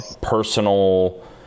personal